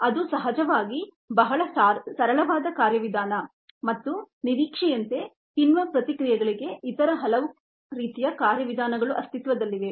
ಅದು ಸಹಜವಾಗಿ ಬಹಳ ಸರಳವಾದ ಕಾರ್ಯವಿಧಾನ ಮತ್ತು ನಿರೀಕ್ಷೆಯಂತೆ ಕಿಣ್ವ ಪ್ರತಿಕ್ರಿಯೆಗಳಿಗೆ ಇತರ ಹಲವು ರೀತಿಯ ಕಾರ್ಯವಿಧಾನಗಳು ಅಸ್ತಿತ್ವದಲ್ಲಿವೆ